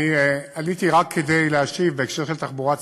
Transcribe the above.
אני עליתי רק כדי להשיב בהקשר של תחבורה ציבורית.